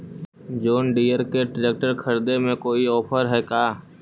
जोन Deere के tractor खरिदे में कोई औफर है का?